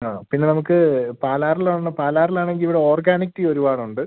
ആ പിന്നെ നമുക്ക് പാലാറിൽ വുണ പാലാറിലാണെങ്കിൽ ഇവിടെ ഓർഗാനിക് ടീ ഒരുപാട് ഉണ്ട്